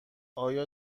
آیا